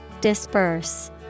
Disperse